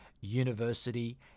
University